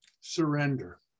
surrender